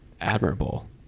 admirable